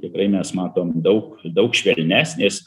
tikrai mes matom daug daug švelnesnės